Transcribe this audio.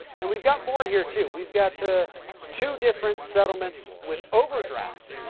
and we've got more here too. we've got to two different settlements with overdraft.